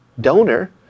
donor